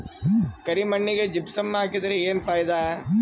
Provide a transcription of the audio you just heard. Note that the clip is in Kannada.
ಕರಿ ಮಣ್ಣಿಗೆ ಜಿಪ್ಸಮ್ ಹಾಕಿದರೆ ಏನ್ ಫಾಯಿದಾ?